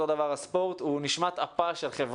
זה הרבה מעבר למי מנצח ומי מפסיד,